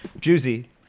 Juicy